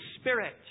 Spirit